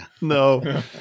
no